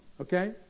Okay